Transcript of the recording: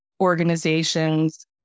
organizations